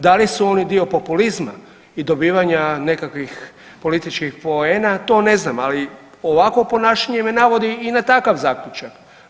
Da li su oni dio populizma i dobivanja nekakvih političkih poena to ne znam, ali ovakvo ponašanje me navodi i na takav zaključak.